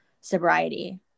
sobriety